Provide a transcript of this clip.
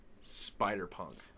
Spider-Punk